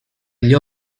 gli